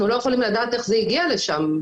אנחנו לא יכולים לדעת איך זה הגיע לשם.